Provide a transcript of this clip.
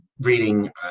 reading